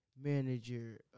manager